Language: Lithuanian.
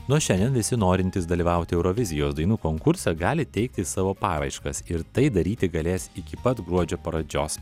nuo šiandien visi norintys dalyvauti eurovizijos dainų konkurse gali teikti savo paraiškas ir tai daryti galės iki pat gruodžio pradžios